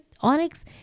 onyx